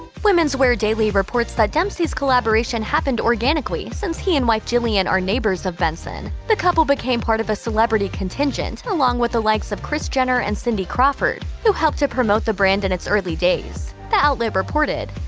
women's wear daily reports that dempsey's collaboration happened organically since he and wife jillian are neighbors of benson. the couple became part of a celebrity contingent, along with the likes of kris jenner and cindy crawford, who helped to promote the brand in its early days. the outlet reported,